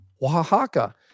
Oaxaca